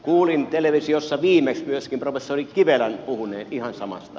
kuulin televisiossa viimeksi myöskin professori kivelän puhuneen ihan samasta